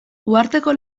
uharteko